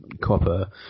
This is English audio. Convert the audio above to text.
copper